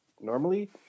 normally